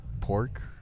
pork